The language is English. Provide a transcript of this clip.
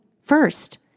first